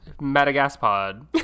Madagascar